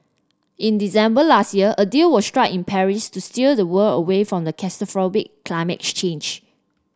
in December last year a deal was struck in Paris to steer the world away from climate change